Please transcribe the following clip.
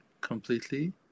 completely